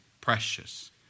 precious